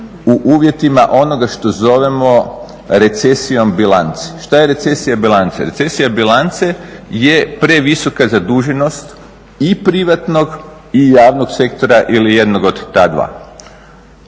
u uvjetima onoga što zovemo recesijom bilanci. Šta je recesija bilance? Recesija bilance je previsoka zaduženost i privatnog i javnog sektora, ili jednog od ta dva.